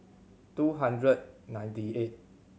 two hundred ninety eight